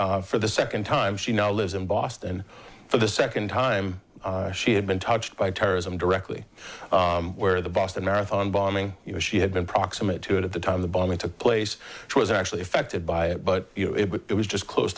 for the second time she now lives in boston for the second time she had been touched by terrorism directly where the boston marathon bombing you know she had been proximate to it at the time the bombing took place she was actually affected by it but you know it was just close